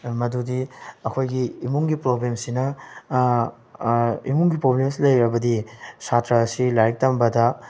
ꯃꯗꯨꯗꯤ ꯑꯩꯈꯣꯏꯒꯤ ꯏꯃꯨꯡꯒꯤ ꯄ꯭ꯔꯣꯕ꯭ꯂꯦꯝꯁꯤꯅ ꯏꯃꯨꯡꯒꯤ ꯄ꯭ꯔꯣꯕ꯭ꯂꯦꯝꯁ ꯂꯩꯔꯕꯗꯤ ꯁꯥꯇ꯭ꯔ ꯑꯁꯤ ꯂꯥꯏꯔꯤꯛ ꯇꯝꯕꯗ